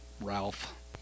Ralph